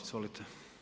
Izvolite.